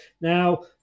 now